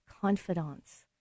confidants